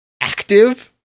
active